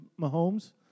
Mahomes